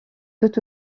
tout